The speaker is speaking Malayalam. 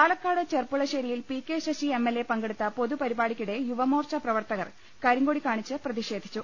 പാലക്കാട് ചെർപ്പുളശ്ശേരിയിൽ P K Sasi M L A പങ്കെടുത്ത പൊതുപരിപാടിക്കിടെ യുവമോർച്ച പ്രവർത്തകർ കരിങ്കൊടി കാണിച്ച് പ്രതിഷേധിച്ചു